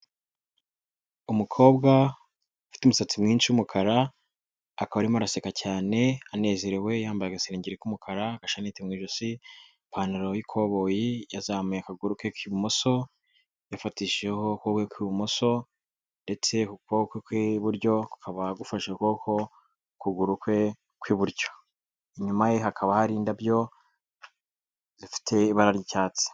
Umukobwa ufite umusatsi mwinshi w'umukara, akaba arimo araseka cyane anezerewe, yambaye agasenge k'umukara, agashanete mu ijosi, ipantaro y'ikoboyi, yazamuye akaguru ke k'ibumoso, yafatishijeho ukuboko kwe kw'ibumoso ndetse ukuboko kw'iburyo kukaba gufashe ku kuboko, ukuguru kwe kw'iburyo, inyuma ye hakaba hari indabyo zifite ibara ry'icyatsi.